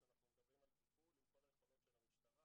אז אנחנו מדברים על טיפול עם כל היכולות של המשטרה,